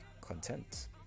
content